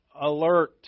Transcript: Alert